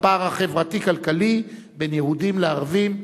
הפער החברתי-כלכלי בין יהודים לערבים.